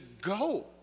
go